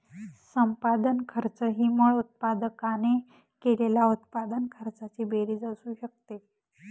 संपादन खर्च ही मूळ उत्पादकाने केलेल्या उत्पादन खर्चाची बेरीज असू शकते